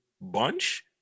bunch